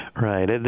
Right